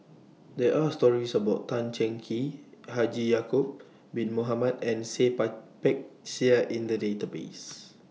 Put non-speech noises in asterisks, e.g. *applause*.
There Are stories about Tan Cheng Kee Haji Ya'Acob Bin Mohamed and Seah *unintelligible* Peck Seah in The databases